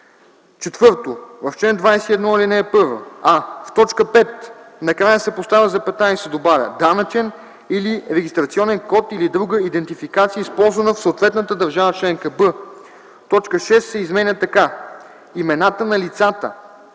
4. В чл. 21, ал. 1: а) в т. 5 накрая се поставя запетая и се добавя: „данъчен или регистрационен код или друга идентификация, използвана в съответната държава членка”; б) точка 6 се изменя така: „6. имената на лицата